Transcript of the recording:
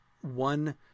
One